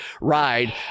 ride